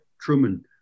Truman